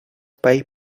pay